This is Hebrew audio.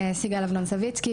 סיגל אבנון סוויצקי,